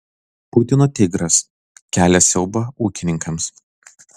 putino tigras kelia siaubą ūkininkams